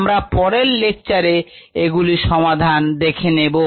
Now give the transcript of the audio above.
আমরা পরের লেকচারে এগুলি সমাধান দেখে নেব